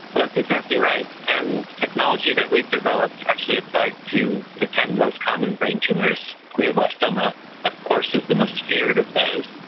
that's exactly right, and technology that we've developed actually applied to the ten most common brain tumours, glioblastoma of course is the most feared of those,